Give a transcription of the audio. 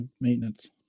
maintenance